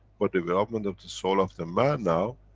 for development of the soul of the man now,